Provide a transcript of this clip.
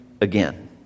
again